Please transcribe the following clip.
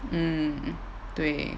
mm 对